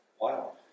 wow